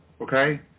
okay